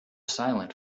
silent